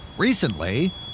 recently